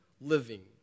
living